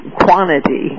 quantity